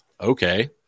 okay